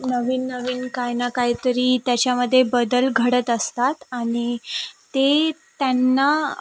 नवीन नवीन काही ना काहीतरी त्याच्यामध्ये बदल घडत असतात आणि ते त्यांना